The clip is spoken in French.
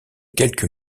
quelques